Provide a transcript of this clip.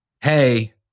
hey